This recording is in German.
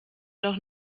doch